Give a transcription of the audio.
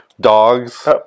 dogs